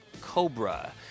Cobra